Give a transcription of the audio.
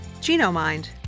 Genomind